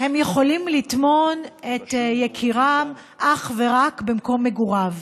הם יכולים לטמון את יקירם אך ורק במקום מגוריו.